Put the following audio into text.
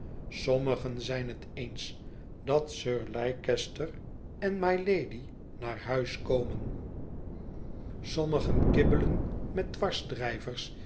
sommigen zijn het eens dat sir leicester en mylady naar huis komen sommigen kibbelen met